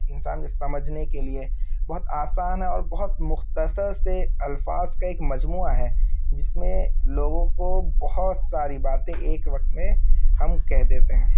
انسان کے سمجھنے کے لیے بہت آسان ہے اور بہت مختصر سے الفاظ کا ایک مجموعہ ہے جس میں لوگوں کو بہت ساری باتیں ایک وقت میں ہم کہہ دیتے ہیں